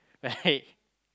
right